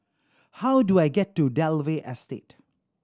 how do I get to Dalvey Estate